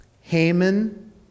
Haman